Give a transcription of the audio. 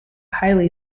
highly